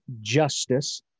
justice